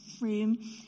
room